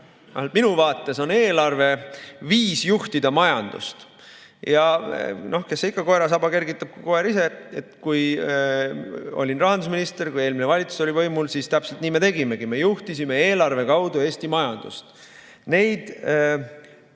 minu vaates, viis juhtida majandust. Kes see ikka koera saba kergitab kui mitte koer ise. Kui ma olin rahandusminister, kui eelmine valitsus oli võimul, siis täpselt nii me tegimegi: me juhtisime eelarve kaudu Eesti majandust.